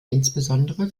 insbesondere